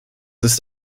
ist